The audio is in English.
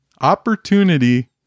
opportunity